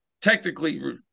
Technically